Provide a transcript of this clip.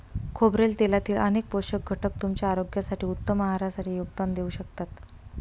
खोबरेल तेलातील अनेक पोषक घटक तुमच्या आरोग्यासाठी, उत्तम आहारासाठी योगदान देऊ शकतात